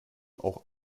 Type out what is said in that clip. auch